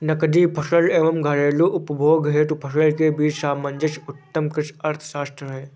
नकदी फसल एवं घरेलू उपभोग हेतु फसल के बीच सामंजस्य उत्तम कृषि अर्थशास्त्र है